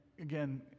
again